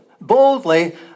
boldly